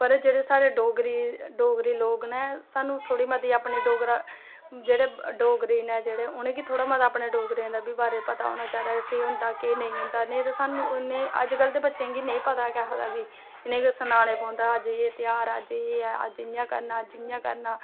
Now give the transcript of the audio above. पर एह् जेह्ड़े साढ़े डोगरे लोग नै स्हानू थोह्ड़ी मती अपनी डोगरा जेह्ड़े डोगरे नै जेह्ड़े उनेंगी थोह्ड़ा मता अपने डोगरें दै बारै बी पता होना चाहिदा केह् होंदे केह् नेईं होंदा स्हानू अज कल दे बच्चे गी नेई पता ऐ किसै दा बी इनेगी सनानै पौंदा अज्ज एह् ध्यार ऐ अज इयां करना अज्ज इयां करना